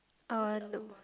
uh nope